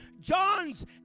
John's